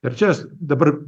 ir čia aš dabar